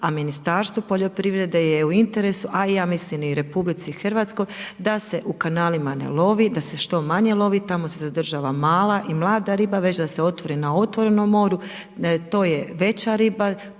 a Ministarstvu poljoprivrede je u interesu, a ja mislim i RH da se u kanalima ne lovi, da se što manje lovi. Tamo se zadržava mala i mlada riba već da se lovi na otvorenom moru. To je veća riba.